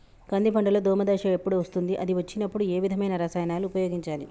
కంది పంటలో దోమ దశ ఎప్పుడు వస్తుంది అది వచ్చినప్పుడు ఏ విధమైన రసాయనాలు ఉపయోగించాలి?